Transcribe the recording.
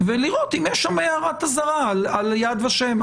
ולראות אם יש שם הערת אזהרה על יד ושם.